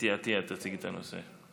אתי עטייה תציג את הנושא.